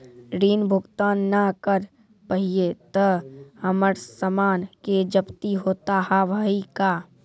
ऋण भुगतान ना करऽ पहिए तह हमर समान के जब्ती होता हाव हई का?